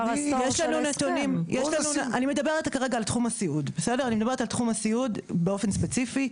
אני מדברת על תחום הסיעוד באופן ספציפי,